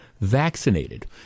vaccinated